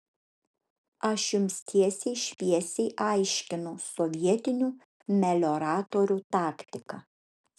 aš jums teisiai šviesiai aiškinu sovietinių melioratorių taktiką